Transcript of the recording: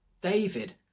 David